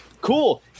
cool